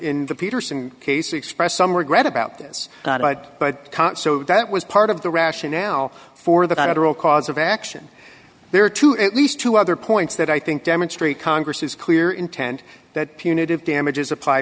in the peterson case expressed some regret about this but can't so that was part of the rationale for the federal cause of action there to at least two other points that i think demonstrate congress's clear intent that punitive damages apply